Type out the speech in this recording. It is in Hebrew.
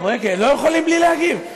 לא יכולים בלי להגיב.